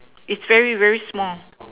it's very very small